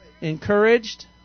Encouraged